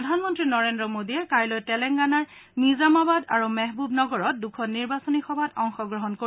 প্ৰধানমন্ত্ৰী নৰেন্দ্ৰ মোডীয়ে কাইলৈ তেলেংগানাৰ নিজামাবাদ আৰু মেহবুবনগৰত দুখন নিৰ্বাচনী সভাত অংশগ্ৰহণ কৰিব